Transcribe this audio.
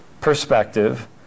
perspective